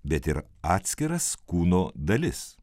bet ir atskiras kūno dalis